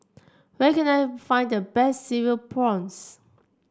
where can I find the best Cereal Prawns